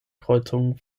kreuzungen